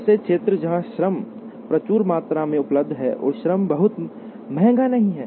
ऐसे क्षेत्र जहां श्रम प्रचुर मात्रा में उपलब्ध है और श्रम बहुत महंगा नहीं है